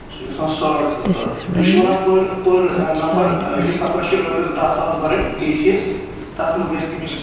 سُہ چھُ گژھان ساڑ سَتھ ساس تُہۍ چھِو وَنان پٔر پٔر نَفَر أکِس نَفرَس چھِ رۄپیَس دَہ ساس بَرٕنۍ اے سی یَس تَتھ منٛز گژھِ تٔمِس